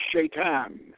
Shaitan